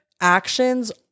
actions